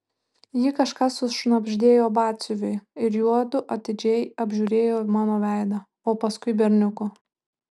ji kažką sušnabždėjo batsiuviui ir juodu atidžiai apžiūrėjo mano veidą o paskui berniuko